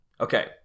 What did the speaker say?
Okay